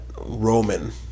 Roman